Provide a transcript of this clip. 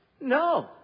No